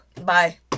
Bye